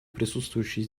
присутствующие